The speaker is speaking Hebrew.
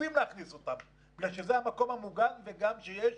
רוצים להכניס אותם מפני שזה המקום המוגן וגם כשיש